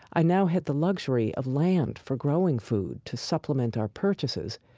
i now had the luxury of land for growing food to supplement our purchases.